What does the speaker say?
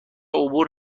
عبور